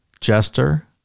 Jester